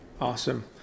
Awesome